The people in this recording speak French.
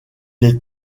les